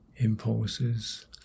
impulses